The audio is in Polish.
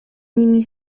nimi